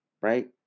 right